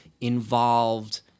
involved